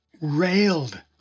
railed